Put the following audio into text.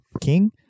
King